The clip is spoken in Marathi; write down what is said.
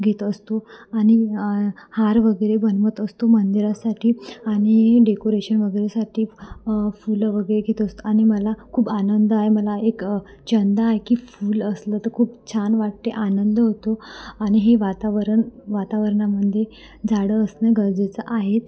घेत असतो आणि आ हार वगैरे बनवत असतो मंदिरासाठी आणि डेकोरेशन वगैरेसाठी आ फुलं वगैरे घेत असतो आणि मला खूप आनंद आहे मला एक छंद आहे की फुल असलं तर खूप छान वाटते आनंद होतो आणि हे वातावरण वातावरणामध्ये झाडं असण गरजेचं आहेत